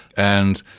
and